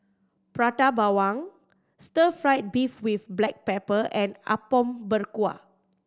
Prata Bawang stir fried beef with black pepper and Apom Berkuah